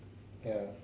ya